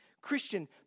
Christian